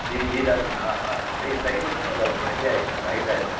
जी जी दादी हा हा सही सही ॿुधो अथव दादी सही आहे हिकदमि राइट आहे हिकदमि